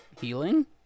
healing